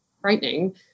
frightening